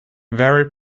very